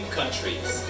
countries